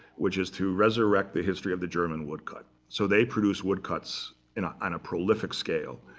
which is to resurrect the history of the german woodcut. so they produce woodcuts and on a prolific scale.